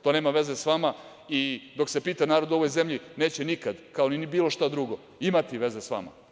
To nema veze sa vama i dok se pita narod u ovoj zemlji neće nikada, kao ni bilo šta drugo imati veze sa vama.